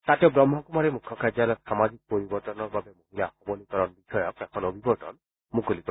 তাত তেওঁ ব্ৰহ্মকুমাৰীৰ মুখ্য কাৰ্যলয়ত সামাজিক পৰিৱৰ্তনৰ বাবে মহিলা সৱলীকৰণ বিষয়ক এখন অভিৱৰ্তন মুকলি কৰিব